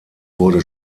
wurde